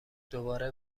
دوباره